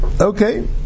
Okay